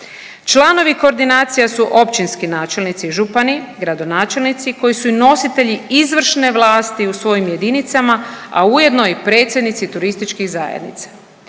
Članovi koordinacija su općinski načelnici i župani, gradonačelnici koji su i nositelji izvršne vlasti u svojim jedinicama, a ujedno i predsjednici turističkih zajednica.